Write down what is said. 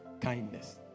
Kindness